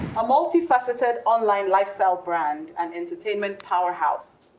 a multifaceted online lifestyle brand and entertainment powerhouse.